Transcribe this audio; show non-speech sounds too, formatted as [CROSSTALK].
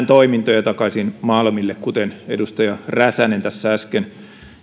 [UNINTELLIGIBLE] toimintoja takaisin malmille kuten edustaja räsänen tässä äsken